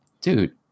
dude